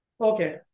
Okay